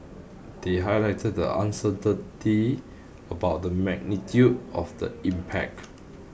they highlighted the uncertainty about the magnitude of the impact